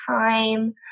time